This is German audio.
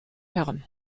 herren